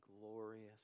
glorious